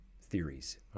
theories